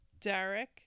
Derek